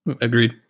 agreed